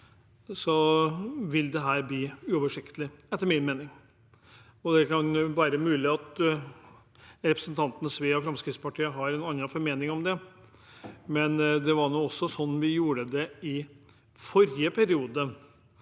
vil det bli uoversiktlig – etter min mening. Det er mulig at representanten Sve og Fremskrittspartiet har en annen formening om det, men det var også slik vi gjorde det i forrige periode